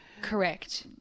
Correct